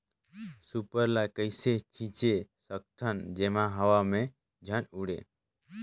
Super ल कइसे छीचे सकथन जेमा हवा मे झन उड़े?